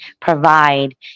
provide